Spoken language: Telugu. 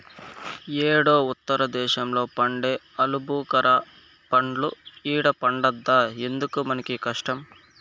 యేడో ఉత్తర దేశంలో పండే ఆలుబుకారా పండ్లు ఈడ పండద్దా ఎందుకు మనకీ కష్టం